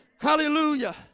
hallelujah